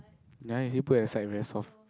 ya is it put at side very soft